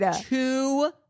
two